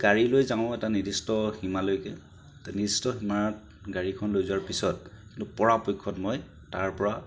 গাড়ী লৈ যাওঁ এটা নিৰ্দিষ্ট সীমালৈকে এটা নিৰ্দিষ্ট সীমাত গাড়ীখন লৈ যোৱাৰ পিছত পৰাপক্ষত মই তাৰপৰা